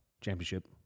championship